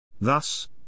Thus